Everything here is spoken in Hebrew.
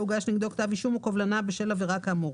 או הוגש נגדו כתב אישום או קובלנה בשל עבירה כאמור.